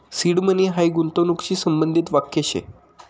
seed money हायी गूंतवणूकशी संबंधित वाक्य शे